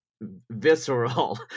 visceral